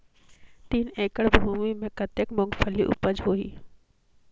तीन एकड़ भूमि मे कतेक मुंगफली उपज होही?